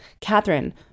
Catherine